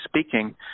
speaking